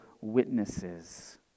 witnesses